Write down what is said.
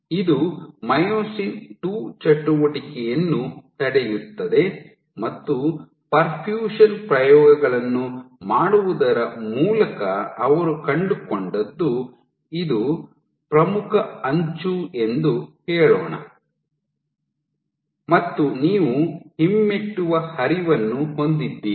ಇದು myosin II ಚಟುವಟಿಕೆಯನ್ನು ತಡೆಯುತ್ತದೆ ಮತ್ತು ಪರ್ಫ್ಯೂಷನ್ ಪ್ರಯೋಗಗಳನ್ನು ಮಾಡುವುದರ ಮೂಲಕ ಅವರು ಕಂಡುಕೊಂಡದ್ದು ಇದು ಪ್ರಮುಖ ಅಂಚು ಎಂದು ಹೇಳೋಣ ಮತ್ತು ನೀವು ಹಿಮ್ಮೆಟ್ಟುವ ಹರಿವನ್ನು ಹೊಂದಿದ್ದೀರಿ